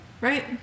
right